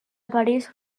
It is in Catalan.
parís